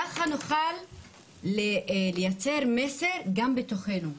ככה נוכל לייצר מסר גם בתוכנו,